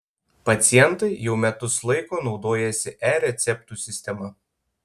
pacientai jau metus laiko naudojasi e receptų sistema